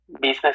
business